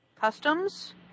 Customs